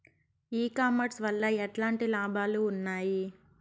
ఈ కామర్స్ వల్ల ఎట్లాంటి లాభాలు ఉన్నాయి?